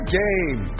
game